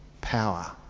power